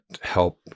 help